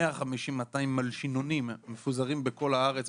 150 200 מלשינונים מפוזרים בכל הארץ,